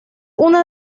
una